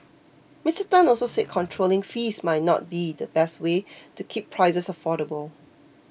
Mister Tan also said controlling fees might not be the best way to keep prices affordable